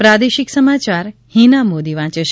પ્રાદેશિક સમાચાર હીના મોદી વાંચે છે